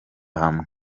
hamwe